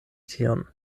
tion